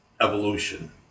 evolution